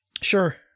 Sure